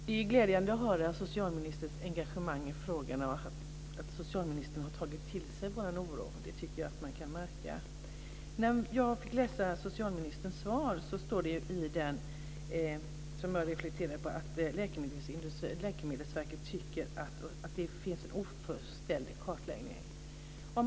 Fru talman! Det är glädjande att höra socialministerns engagemang i frågan och att socialministern har tagit till sig vår oro. Det tycker jag att man kan märka. När jag fick läsa socialministerns svar reflekterade jag över att det står att Läkemedelsverket tycker att det finns en ofullständig kartläggning.